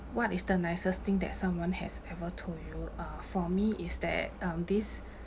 what is the nicest thing that someone has ever told you uh for me is that um this